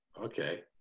okay